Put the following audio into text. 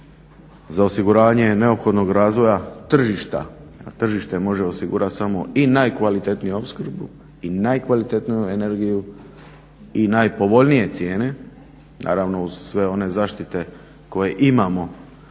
za osiguranje neophodnog razvoja tržišta, a tržište može osigurati samo i najkvalitetniju opskrbu, i najkvalitetniju energiju i najpovoljnije cijene naravno uz sve one zaštite koje imamo